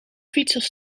fietsers